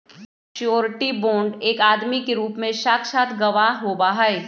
surety bond एक आदमी के रूप में साक्षात गवाह होबा हई